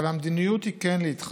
אבל המדיניות היא כן להתחשב,